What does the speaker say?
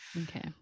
Okay